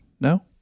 No